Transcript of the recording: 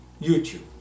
YouTube